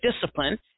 discipline